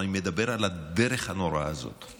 אני מדבר על הדרך הנוראה הזאת,